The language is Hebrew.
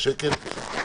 צודק.